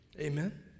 Amen